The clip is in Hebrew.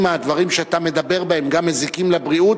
אם הדברים שאתה מדבר בהם גם מזיקים לבריאות,